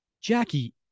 Jackie